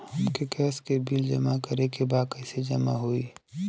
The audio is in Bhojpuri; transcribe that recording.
हमके गैस के बिल जमा करे के बा कैसे जमा होई?